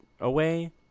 away